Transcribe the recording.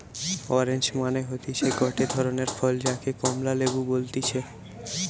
orange মানে হতিছে গটে ধরণের ফল যাকে কমলা লেবু বলতিছে